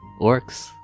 Orcs